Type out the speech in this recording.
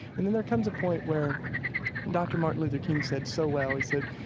and then there comes a point where dr. martin luther king said so well, he said,